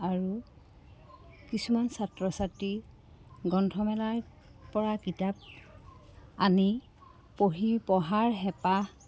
আৰু কিছুমান ছাত্ৰ ছাত্ৰী গ্ৰন্থমেলাৰ পৰা কিতাপ আনি পঢ়ি পঢ়াৰ হেঁপাহ